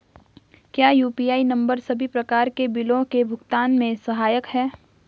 क्या UPI number सभी प्रकार के बिलों के भुगतान में सहायक हैं?